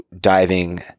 diving